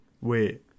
wait